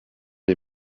lez